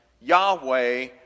Yahweh